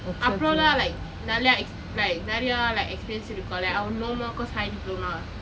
அப்புறம்:appurom lah like நிறைய:niraiya like நிறைய:niraiya experience இருக்கும்லே:irukkumle le I'll know more cause higher diploma